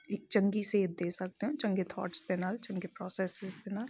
ਇੱਕ ਚੰਗੀ ਸੇਧ ਦੇ ਸਕਦੇ ਹੋ ਚੰਗੇ ਥੋਟਸ ਦੇ ਨਾਲ ਚੰਗੇ ਪ੍ਰੋਸੈਸਿਸ ਦੇ ਨਾਲ